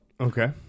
Okay